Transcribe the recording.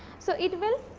so, it will